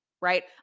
right